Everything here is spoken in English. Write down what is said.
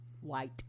White